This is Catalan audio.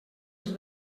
els